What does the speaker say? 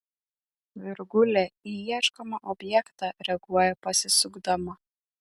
virgulė į ieškomą objektą reaguoja pasisukdama